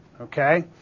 okay